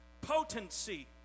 Potency